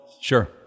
Sure